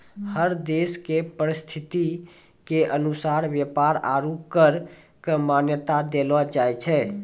हर देश के परिस्थिति के अनुसार व्यापार आरू कर क मान्यता देलो जाय छै